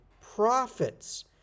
profits